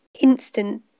instant